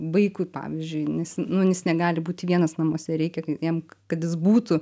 vaikui pavyzdžiui nes nu nis negali būti vienas namuose reikia jam kad jis būtų